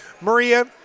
Maria